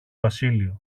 βασίλειο